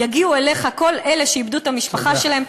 יגיעו אליך כל אלה שאיבדו את המשפחה שלהם,